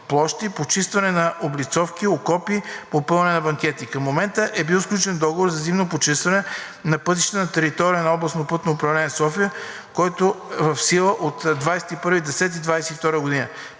…площи, почистване на облицовки, окопи, опъване на банкети. Към момента е бил сключен договор за зимно почистване на пътища на територията на Областно пътно управление – София, който е в сила от 21 октомври